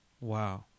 Wow